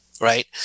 right